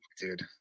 Dude